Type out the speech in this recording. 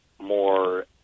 more